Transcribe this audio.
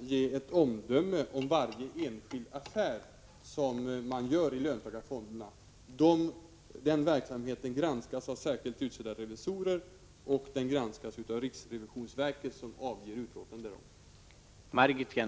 ge ett omdöme om varje enskild affär som görs i löntagarfonderna, utan den verksamheten granskas av särskilt utsedda revisorer och av riksrevisionsverket, som avger utlåtande därom.